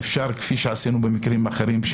אפשר כפי שעשינו במקרים אחרים,